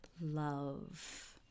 Love